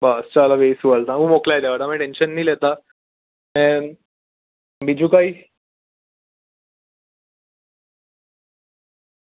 બસ ચાલો એ સોલ્વ ના હું મોકલાવી દઉં તમે ટેન્શન નહીં લેતા એમ બીજું કંઈ